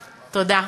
תודה.